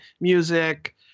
music